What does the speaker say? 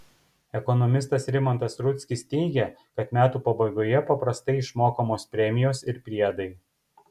ekonomistas rimantas rudzkis teigia kad metų pabaigoje paprastai išmokamos premijos ir priedai